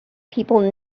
people